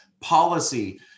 policy